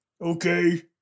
Okay